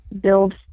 build